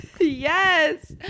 Yes